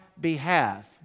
behalf